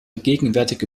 gegenwärtige